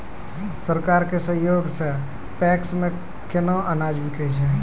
सरकार के सहयोग सऽ पैक्स मे केना अनाज बिकै छै?